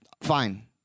fine